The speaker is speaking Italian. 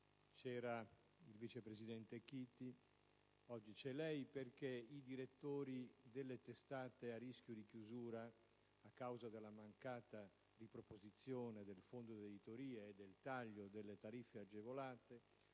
seduta al vice presidente Chiti. Oggi lo rinnovo a lei. I direttori delle testate a rischio di chiusura, a causa della mancata riproposizione del fondo dell'editoria e del taglio delle tariffe agevolate